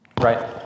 Right